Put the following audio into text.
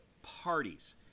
parties